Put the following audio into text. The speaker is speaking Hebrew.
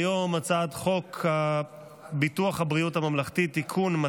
אני קובע כי הצעת חוק זכויות נפגעי עבירה )תיקון,